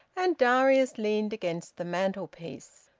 and darius leaned against the mantelpiece.